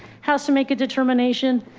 how to make a determination.